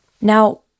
now